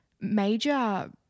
major